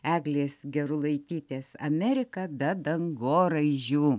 eglės gerulaitytės amerika be dangoraižių